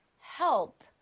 help